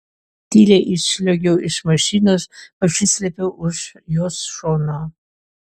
tyliai išsliuogiau iš mašinos pasislėpiau už jos šono